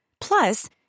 Plus